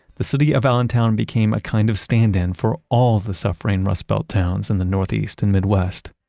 the city of allentown became a kind of stand-in for all the suffering rust belt towns in the northeast and midwest.